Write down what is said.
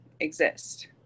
exist